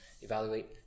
evaluate